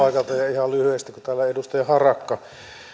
ja ihan lyhyesti kun täällä edustaja harakka